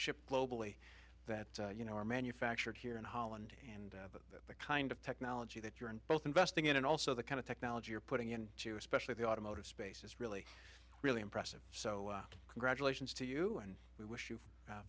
shipped globally that you know are manufactured here in holland and the kind of technology that you're in both investing in and also the kind of technology are putting in to especially the automotive space is really really impressive so congratulations to you and we wish you